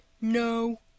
No